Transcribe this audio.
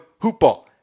Hoopball